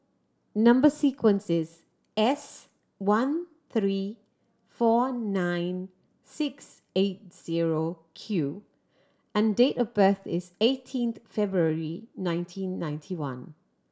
number sequence is S one three four nine six eight zero Q and date of birth is eighteen February nineteen ninety one